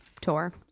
tour